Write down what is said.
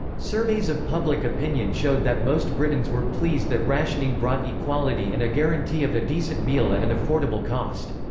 surveys of public opinion showed that most britons were pleased that rationing brought equality and a guarantee of a decent meal at an affordable cost.